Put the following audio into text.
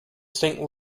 saint